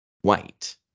white